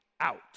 out